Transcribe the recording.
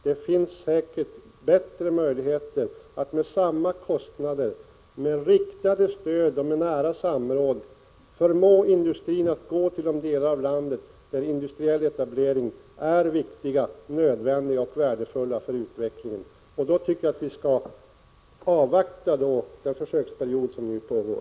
Det finns säkert bättre möjligheter att till samma kostnader med riktat stöd och nära samråd förmå industrin att söka sig till de delar av landet där industriell etablering är viktig, nödvändig och värdefull för utvecklingen. Därför bör vi avvakta den försöksverksamhet som nu pågår.